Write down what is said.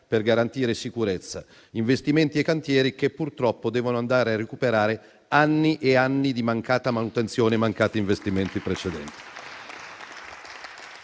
per garantire sicurezza; investimenti e cantieri che, purtroppo, devono andare a recuperare anni e anni di mancata manutenzione e mancati investimenti precedenti.